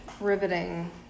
Riveting